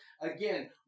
again